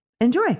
Enjoy